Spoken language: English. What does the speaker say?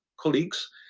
colleagues